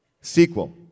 Sequel